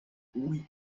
oui